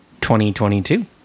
2022